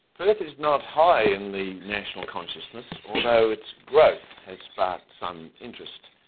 perth is not high in the national consciousness, although its growth has sparked some interest.